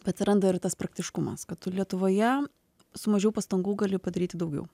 atsiranda ir tas praktiškumas kad tu lietuvoje su mažiau pastangų gali padaryti daugiau